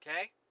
Okay